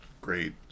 great